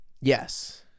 Yes